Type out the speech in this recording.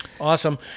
Awesome